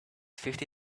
fifty